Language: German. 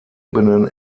ebenen